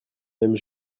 même